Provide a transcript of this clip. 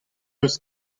eus